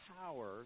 power